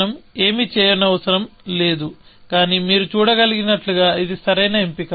మనం ఏమీ చేయనవసరం లేదు కానీ మీరు చూడగలిగినట్లుగా ఇది సరైన ఎంపిక